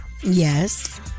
Yes